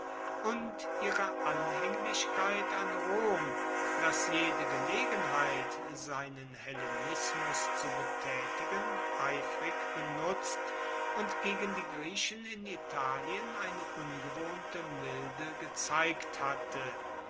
und ihre anhaenglichkeit an rom das jede gelegenheit seinen hellenismus zu betaetigen eifrig benutzt und gegen die griechen in italien eine ungewohnte milde gezeigt hatte